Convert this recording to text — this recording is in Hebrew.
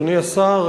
אדוני השר,